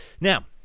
Now